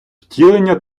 втілення